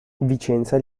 vicenza